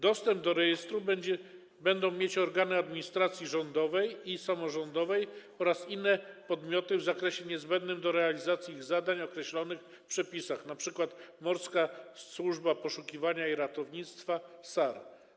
Dostęp do rejestru będą mieć organy administracji rządowej i samorządowej oraz inne podmioty w zakresie niezbędnym do realizacji zadań określonych w przepisach, np. Morska Służba Poszukiwania i Ratownictwa - SAR.